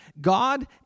God